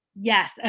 Yes